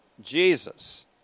Jesus